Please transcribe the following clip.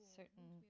certain